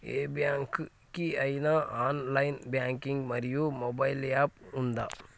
ఏ bank కి ఐనా online banking మరియు మొబైల్ యాప్ ఉందా?